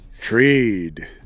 trade